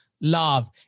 love